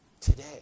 Today